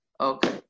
Okay